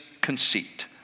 conceit